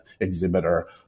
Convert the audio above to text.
exhibitor